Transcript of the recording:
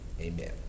amen